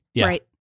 Right